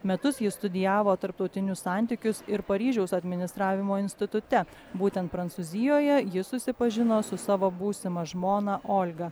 metus jis studijavo tarptautinius santykius ir paryžiaus administravimo institute būtent prancūzijoje jis susipažino su savo būsima žmona olga